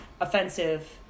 offensive